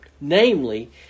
Namely